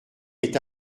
est